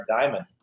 diamond